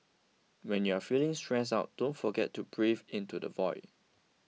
when you are feeling stressed out don't forget to breathe into the void